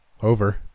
Over